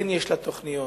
כן יש לה תוכניות,